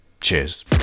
Cheers